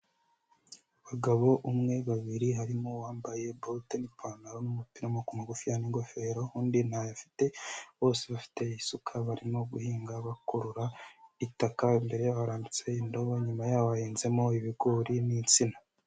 Abagabo umwe, babiri harimo uwambaye bote n'ipantaro n'umupira w'amaboko magufi n'ingofero undi ntayo afite bose bafite isuka barimo guhinga bakurura itaka imbere yabo harambitse indobo nyuma yabo hahinzemo ibigori n'insina.